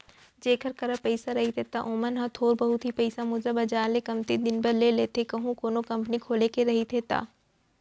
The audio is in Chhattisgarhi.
जेखर करा पइसा रहिथे त ओमन ह थोर बहुत ही पइसा मुद्रा बजार ले कमती दिन बर ले लेथे कहूं कोनो कंपनी खोले के रहिथे ता